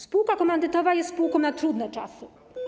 Spółka komandytowa jest spółką na trudne czasy.